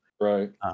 right